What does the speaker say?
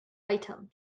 items